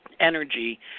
energy